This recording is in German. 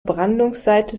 brandungsseite